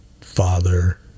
father